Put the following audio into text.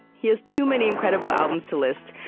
he has too many incredible albums to list,